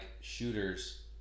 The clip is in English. shooters